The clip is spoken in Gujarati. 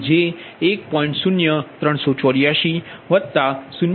તેવી જ રીતે V22V21∆V21 1